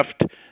left